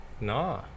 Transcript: No